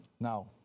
Now